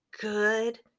good